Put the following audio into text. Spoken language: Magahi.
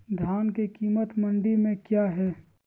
धान के कीमत मंडी में क्या है?